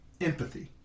Empathy